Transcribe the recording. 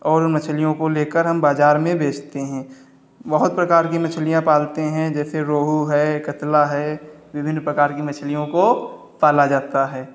और मछलियों को लेकर हम बाज़ार में बेचते हैं बहुत प्रकार की मछलियां पालते हैं जैसे रोहू है कतला है विभिन्न प्रकार की मछलियों को पाला जाता है